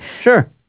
Sure